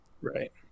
Right